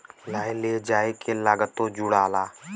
लाए ले जाए के लागतो जुड़ाला